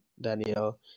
Daniel